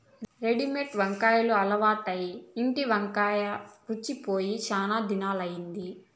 readymade వంటకాలు అలవాటై ఇంటి వంట మరచి పోయి శానా దినాలయ్యింది